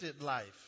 life